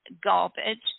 garbage